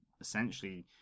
essentially